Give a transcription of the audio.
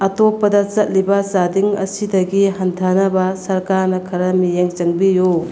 ꯑꯇꯣꯞꯄꯗ ꯆꯠꯂꯤꯕ ꯆꯥꯗꯤꯡ ꯑꯁꯤꯗꯒꯤ ꯍꯟꯊꯅꯕ ꯁꯔꯀꯥꯔꯅ ꯈꯔ ꯃꯤꯠꯌꯦꯡ ꯆꯪꯕꯤꯎ